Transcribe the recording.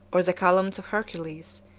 or the columns of hercules,